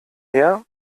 her